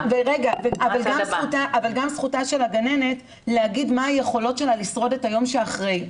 אבל גם זכותה של הגננת להגיד מה היכולות שלה לשרוד את היום שאחרי.